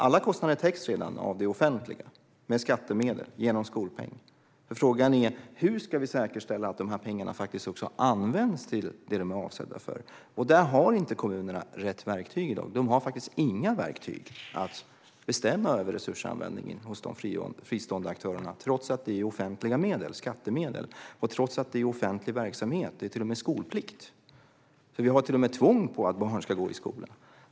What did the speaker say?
Alla kostnader täcks redan av det offentliga, med skattemedel, genom skolpeng. Frågan är hur vi ska säkerställa att de här pengarna faktiskt används till det de är avsedda för. Där har inte kommunerna rätt verktyg i dag. De har faktiskt inga verktyg för att bestämma över resursanvändningen hos de fristående aktörerna - trots att det är offentliga medel, skattemedel, och trots att det är offentlig verksamhet. Vi har till och med skolplikt, så vi har till och med tvång på att barn ska gå i skola.